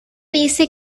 dice